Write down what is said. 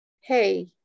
hey